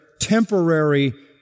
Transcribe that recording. temporary